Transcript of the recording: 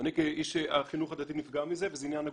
ואני כאיש החינוך הדתי נפגע מזה, וזה עניין הגודל.